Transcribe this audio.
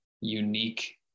unique